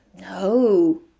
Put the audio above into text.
no